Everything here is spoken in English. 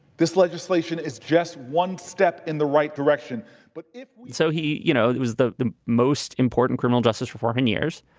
this legislation is just one step in the right direction but if so, he you know, it was the the most important criminal justice reform in years.